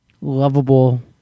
lovable